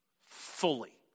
fully